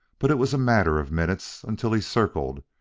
but it was a matter of minutes until he circled,